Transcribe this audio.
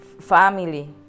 family